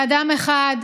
באחד,